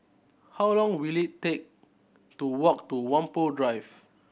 how long will it take to walk to Whampoa Drive